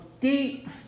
deep